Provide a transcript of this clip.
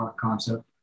concept